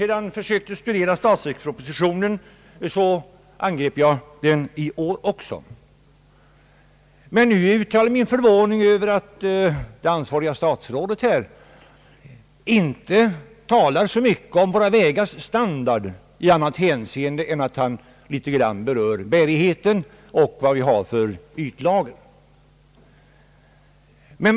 Jag angrep i år statsverkspropositionen med samma intresse som för ett år sedan. Men nu vill jag uttala min förvåning över att det ansvariga statsrådet inte talar så mycket om våra vägars standard i annat hänseende än att han något berör bärigheten och ytlagren.